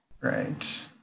Right